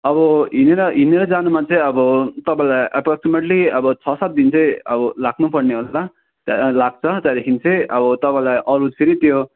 अब हिँडेर हिँडेर जानुमा चाहिँ अब तपाईँलाई एप्रोक्सिमेटली अब छ सात दिन चाहिँ अब लाग्नुपर्ने होला त्यहाँ लाग्छ त्यहाँदेखि चाहिँ अब तपाईँलाई अरू फेरि त्यो